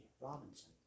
Robinson